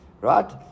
Right